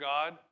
God